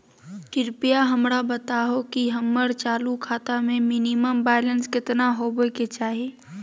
कृपया हमरा बताहो कि हमर चालू खाता मे मिनिमम बैलेंस केतना होबे के चाही